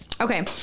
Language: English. Okay